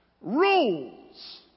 Rules